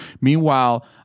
Meanwhile